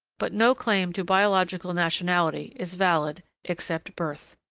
but no claim to biological nationality is valid except birth.